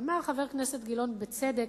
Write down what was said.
אמר חבר הכנסת גילאון, בצדק: